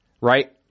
right